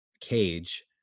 cage